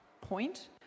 point